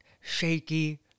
shaky